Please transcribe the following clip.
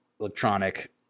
electronic